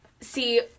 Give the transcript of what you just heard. See